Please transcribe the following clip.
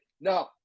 no